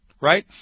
right